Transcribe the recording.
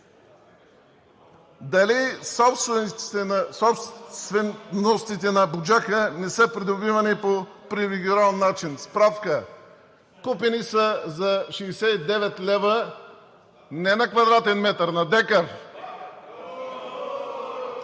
Дали собственостите на „Буджака“ не са придобивани по привилегирован начин? Справка – купени са за 69 лв. не на квадратен метър, на декар.